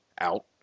out